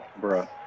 Bruh